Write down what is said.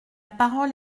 parole